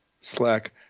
Slack